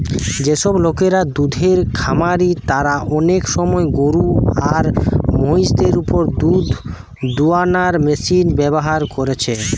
যেসব লোকরা দুধের খামারি তারা অনেক সময় গরু আর মহিষ দের উপর দুধ দুয়ানার মেশিন ব্যাভার কোরছে